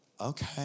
okay